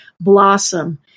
blossom